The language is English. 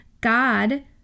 God